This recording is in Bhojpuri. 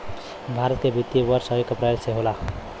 भारत के वित्तीय वर्ष एक अप्रैल से होला